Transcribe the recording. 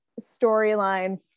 storyline